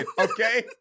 Okay